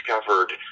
discovered